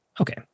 Okay